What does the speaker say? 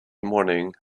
morning